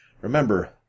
Remember